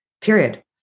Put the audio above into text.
Period